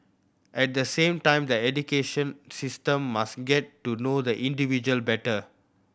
at the same time the education system must get to know the individual better